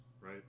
right